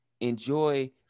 Enjoy